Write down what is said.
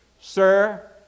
Sir